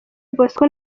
bosco